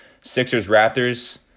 Sixers-Raptors